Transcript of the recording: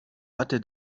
hatte